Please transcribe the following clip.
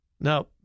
Now